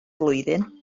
flwyddyn